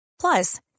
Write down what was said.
Plus